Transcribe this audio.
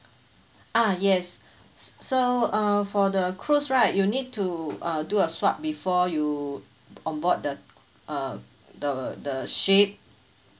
ah yes so uh for the cruise right you need to uh do a swab before you aboard the uh the the ship